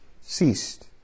ceased